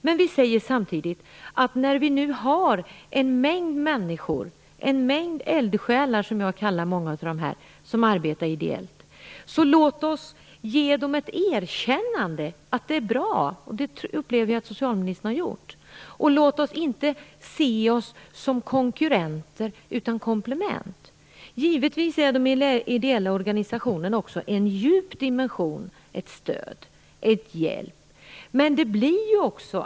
Men samtidigt säger vi att när det nu finns en mängd människor, en mängd eldsjälar som jag kallar många av dessa som arbetar ideellt, måste vi ge dem ett erkännande och säga att det är bra. Jag upplever att socialministern har gjort det också. Låt oss inte se oss som konkurrenter utan som komplement! De ideella organisationerna ger givetvis också en djup dimension, ett stöd och en hjälp.